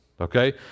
Okay